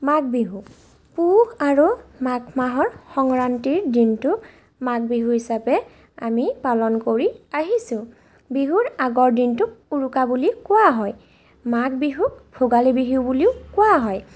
মাঘ বিহু পুহ আৰু মাঘ মাহৰ সংৰান্তিৰ দিনটো মাঘ বিহু হিচাপে আমি পালন কৰি আহিছোঁ বিহুৰ আগৰ দিনটোক উৰুকা বুলি কোৱা হয় মাঘ বিহুক ভোগালী বিহুও বুলিও কোৱা হয়